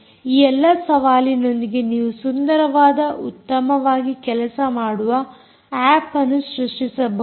ಈ ಎಲ್ಲಾ ಸವಾಲಿನೊಂದಿಗೆ ನೀವು ಸುಂದರವಾದ ಉತ್ತಮವಾಗಿ ಕೆಲಸ ಮಾಡುವ ಆಪ್ ಅನ್ನು ಸೃಷ್ಟಿಸಬಹುದು